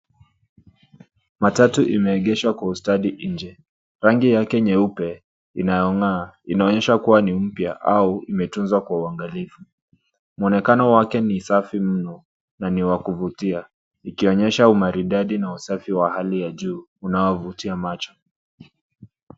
Matatu imeegeshwa kwa ustadi nje, rangi yake nyeupe inayong'aa inaonyesha kuwa ni mpya au imetunzwa kwa uangalifu. Mwonekano wake ni safi mno na ni wa kuvutia, ikionyesha umaridadi na usafi wa hali ya juu unaovutia macho.